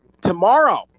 Tomorrow